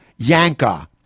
Yanka